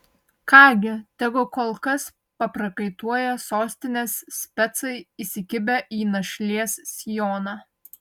ką gi tegu kol kas paprakaituoja sostinės specai įsikibę į našlės sijoną